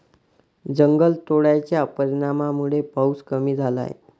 जंगलतोडाच्या परिणामामुळे पाऊस कमी झाला आहे